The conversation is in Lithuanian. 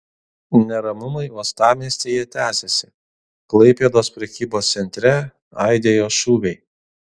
neramumai uostamiestyje tęsiasi klaipėdos prekybos centre aidėjo šūviai